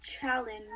challenge